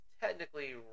Technically